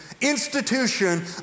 institution